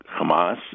Hamas